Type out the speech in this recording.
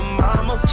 mama